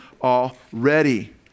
already